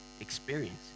experience